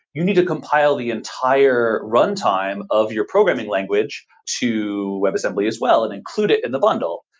you need to compile the entire runtime of your programming language to webassembly as well and include it in the buddle.